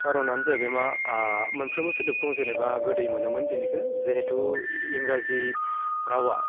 कारनानो जाहैबाय मा मोनफ्रोमबो सोदोबखौ जेनेबा गोदै मोनोमोन बेनिखो जेहेतु इंराजि रावआ